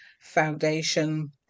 foundation